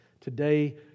Today